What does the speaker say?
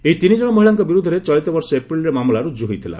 ଏହି ତିନି କଣ ମହିଳାଙ୍କ ବିରୁଦ୍ଧରେ ଚଳିତ ବର୍ଷ ଏପ୍ରିଲ୍ରେ ମାମଲା ରୁକ୍କୁ ହୋଇଥିଲା